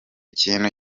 kintu